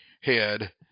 head